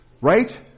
Right